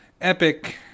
epic